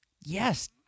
yes